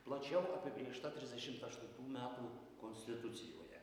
plačiau apibrėžta trisdešimt aštuntų metų konstitucijoje